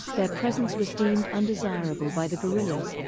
their presence was deemed undesirable by the guerrillas,